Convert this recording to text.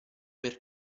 per